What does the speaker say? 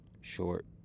short